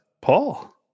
Paul